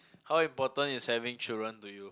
how important is having children to you